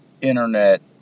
internet